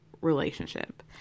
relationship